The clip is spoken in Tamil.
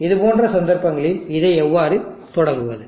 இதுபோன்ற சந்தர்ப்பங்களில் இதை எவ்வாறு தொடங்குவது